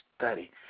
study